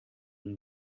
and